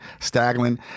Staglin